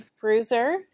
Bruiser